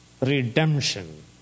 redemption